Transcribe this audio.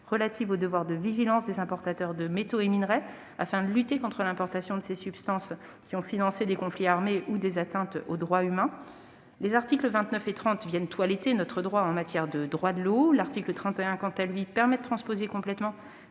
relatives au devoir de vigilance des importateurs de métaux et minerais, afin de lutter contre l'importation de substances qui ont financé des conflits armés ou des atteintes aux droits humains. Les articles 29 et 30 toilettent notre droit en matière de droit de l'eau. L'article 31, quant à lui, permet de transposer complètement